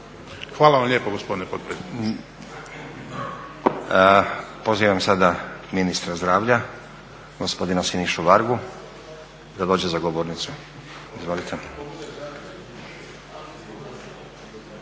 Hvala vam lijepo gospodine potpredsjedniče. **Stazić, Nenad (SDP)** Pozivam sada ministra zdravlja, gospodina Sinišu Vargu da dođe za govornicu. Izvolite.